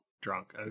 drunk